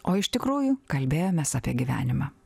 o iš tikrųjų kalbėjomės apie gyvenimą